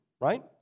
right